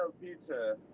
Pizza